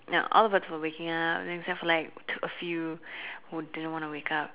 ya all the birds were waking up then except for like a few who didn't want to wake up